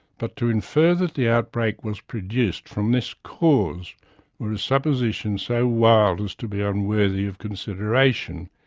but to infer that the outbreak was produced from this cause were a supposition so wild as to be unworthy of consideration.